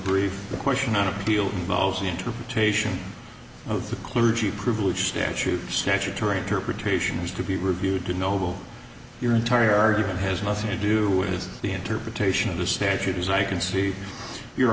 brief question on appeal of the interpretation of the clergy privilege statute statutory interpretation has to be reviewed to know your entire argument has nothing to do with the interpretation of the statute as i can see your